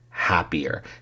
happier